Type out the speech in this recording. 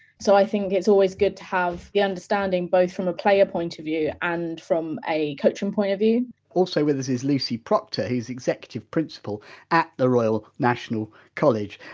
so i think it's always good to have the understanding both from a player point of view and from a coaching point of view also with us is lucy proctor, who's the executive principal at the royal national college.